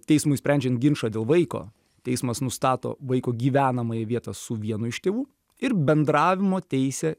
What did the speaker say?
teismui sprendžiant ginčą dėl vaiko teismas nustato vaiko gyvenamąją vietą su vienu iš tėvų ir bendravimo teisę